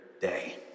day